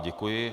Děkuji.